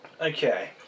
Okay